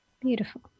Beautiful